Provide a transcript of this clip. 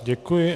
Děkuji.